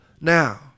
now